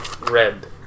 Red